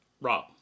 Rob